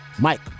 Mike